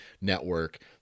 network